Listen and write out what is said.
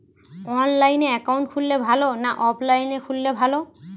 অনলাইনে একাউন্ট খুললে ভালো না অফলাইনে খুললে ভালো?